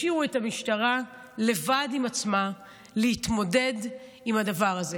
השאירו את המשטרה לבד עם עצמה להתמודד עם הדבר הזה.